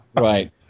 right